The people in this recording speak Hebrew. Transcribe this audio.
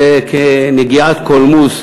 זה כנגיעת קולמוס,